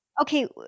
Okay